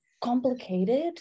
complicated